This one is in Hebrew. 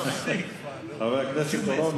חבר הכנסת אורון,